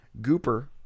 Gooper